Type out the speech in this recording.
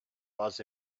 was